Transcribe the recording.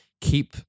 keep